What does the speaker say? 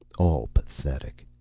all pathetic.